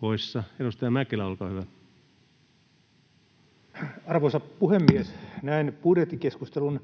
palveluita? — Kiitos. Arvoisa puhemies! Näin budjettikeskustelun